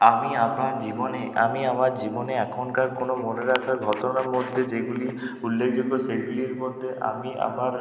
আমি আমার জীবনে আমি আমার জীবনে এখনকার কোনো মনোরঞ্জন ঘটনার মধ্যে যেগুলি উল্লেখযোগ্য সেগুলির মধ্যে আমি আমার